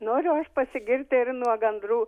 noriu aš pasigirti ir nuo gandrų